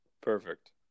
Perfect